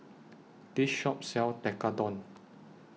This Shop sells Tekkadon